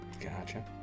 Gotcha